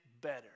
better